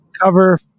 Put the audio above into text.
cover